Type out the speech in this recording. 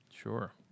Sure